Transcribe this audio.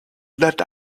that